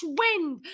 wind